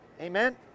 Amen